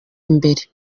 imbere